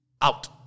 out